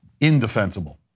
indefensible